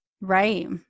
Right